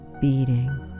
Beating